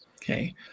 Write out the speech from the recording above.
Okay